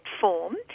form